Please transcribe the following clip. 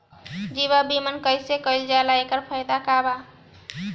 जीवन बीमा कैसे कईल जाला एसे का फायदा बा?